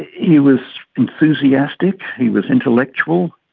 he was enthusiastic, he was intellectual,